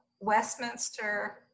Westminster